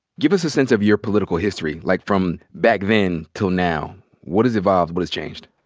give us a sense of your political history, like, from back then till now. what has evolved? what has changed?